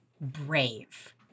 brave